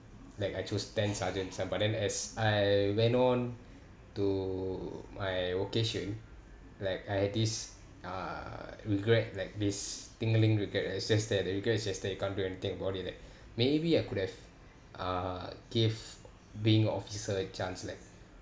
like I chose ten sergeants uh but then as I went on to my vocation like I had this uh regret like this tingling regret lah it's just there the regret is just there you can't do anything about it like maybe I could have uh gave being officer a chance like